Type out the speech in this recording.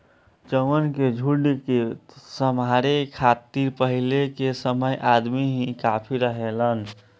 चउवन के झुंड के सम्हारे खातिर पहिले के समय अदमी ही काफी रहलन